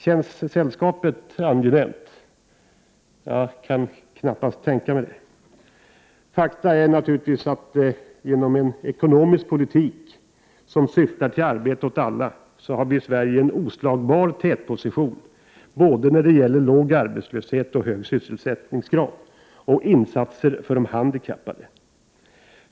Känns sällskapet angenämt, Lars-Ove Hagberg? Jag kan knappast tänka mig det. Fakta är naturligtvis att vi genom en ekonomisk politik som syftar till arbete åt alla har en oslagbar tätposition när det gäller såväl låg arbetslöshet som hög sysselsättningsgrad och insatser för de handikappade.